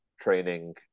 training